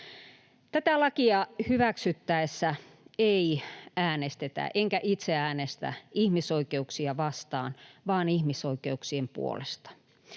Tätä lakia hyväksyttäessä ei äänestetä — enkä itse äänestä — ihmisoikeuksia vastaan vaan ihmisoikeuksien puolesta,